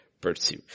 pursue